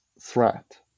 threat